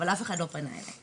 אבל אף אחד לא פנה אליי.